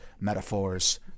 metaphors